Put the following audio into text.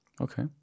Okay